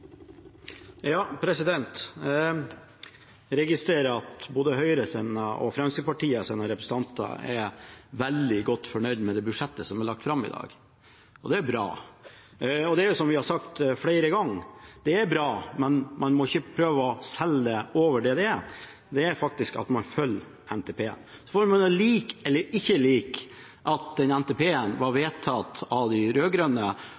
veldig godt fornøyd med budsjettet som ble lagt fram i dag. Det er bra. Det er som vi har sagt flere ganger: Det er bra, men man må ikke prøve å selge det inn for mer enn det er, man følger faktisk NTP. Så får man like eller ikke like at den NTP-en ble vedtatt av de